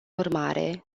urmare